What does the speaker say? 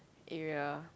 area